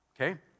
okay